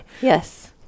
Yes